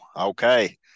okay